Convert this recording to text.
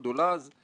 העמקה,